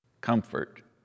comfort